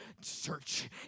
search